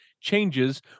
changes